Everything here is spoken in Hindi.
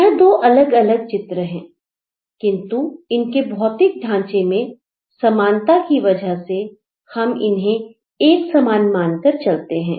यह दो अलग अलग चित्र हैं किंतु इनके भौतिक ढांचे में समानता की वजह से हम इन्हें एक समान मानकर चलते हैं